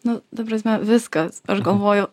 nu ta prasme viskas aš galvoju